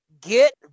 get